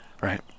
right